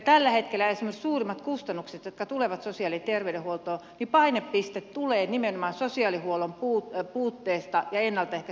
tällä hetkellä esimerkiksi sosiaali ja terveydenhuoltoon tulevien suurimpien kustannusten painopiste on nimenomaan sosiaalihuollon puutteessa ja ennalta ehkäisevissä toimissa